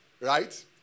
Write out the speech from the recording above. right